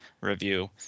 review